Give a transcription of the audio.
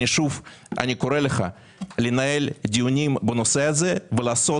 אני שוב קורא לך לנהל דיונים בנושא הזה ולעשות